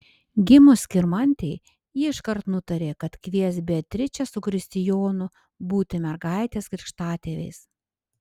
gimus skirmantei ji iškart nutarė kad kvies beatričę su kristijonu būti mergaitės krikštatėviais